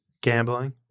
gambling